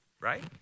right